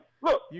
Look